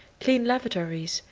clean lavatories,